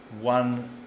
one